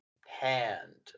hand